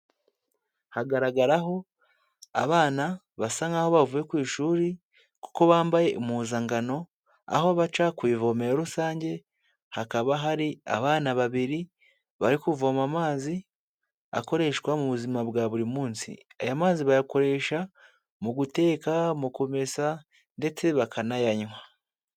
Hagaragaraho abana basa nkaho bavuye ku ishuri kuko bambaye impuzangano aho baca ku ivomero rusange, hakaba hari abana babiri bari kuvoma amazi akoreshwa mu buzima bwa buri munsi, aya mazi bayakoresha mu guteka, mu kumesa ndetse bakanayanywa.